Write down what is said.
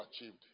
achieved